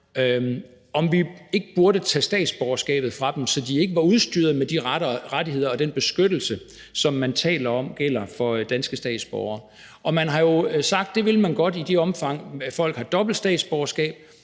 om vi ikke burde tage statsborgerskabet fra dem, så de ikke var udstyret med de rettigheder og den beskyttelse, som man taler om gælder for danske statsborgere. Og man har jo sagt, at det vil man godt i det omfang, at folk har dobbelt statsborgerskab,